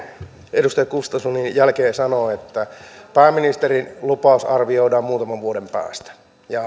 edustaja gustafssonin jälkeen sanoa että pääministerin lupaus arvioidaan muutaman vuoden päästä